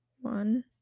One